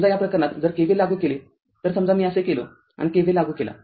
समजा या प्रकरणात जर KVL लागू केले तर समजा मी असे गेलो आणि KVL लागू केला